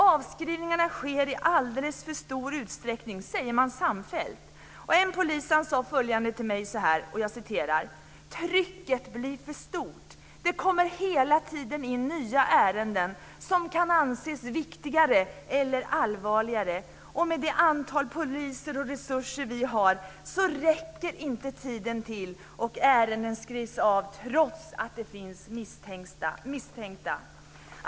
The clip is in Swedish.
Avskrivningar sker i alldeles för stor utsträckning. Det säger man samfällt. En polis sade till mig: Trycket blir för stort. Det kommer hela tiden in nya ärenden som kan anses viktigare eller allvarligare. Med det antal poliser och de resurser vi har räcker inte tiden till, och ärenden skrivs av trots att det finns misstänkta.